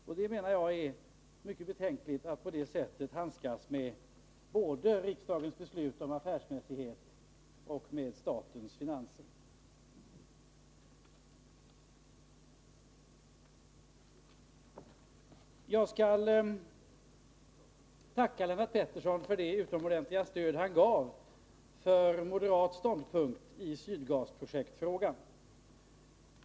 Jag menar att det är mycket betänkligt att på det sättet handskas både med riksdagens beslut om affärsmässighet och med statens finanser. Jag vill tacka Lennart Pettersson för det utomordentliga stöd han gav för en moderat ståndpunkt i Sydgasprojektsfrågan.